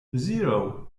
zero